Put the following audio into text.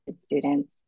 students